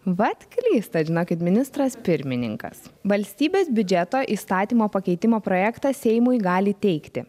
vat klystat žinokit ministras pirmininkas valstybės biudžeto įstatymo pakeitimo projektą seimui gali teikti